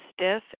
stiff